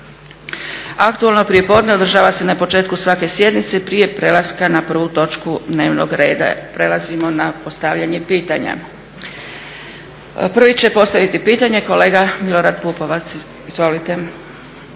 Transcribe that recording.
Aktualno prijepodne održava se na početku svake sjednice prije prelaska na prvu točku dnevnog reda. Prelazimo na postavljanje pitanja. Prvi će postaviti pitanje kolega Milorad PUpovac. Izvolite.